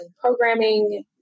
programming